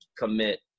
commit